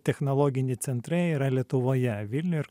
technologiniai centrai yra lietuvoje vilniuj ir